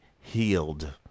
healed